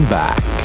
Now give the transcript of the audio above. back